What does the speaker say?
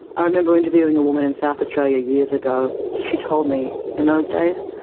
i remember interviewing a woman in south australia years ago she told me, in those days,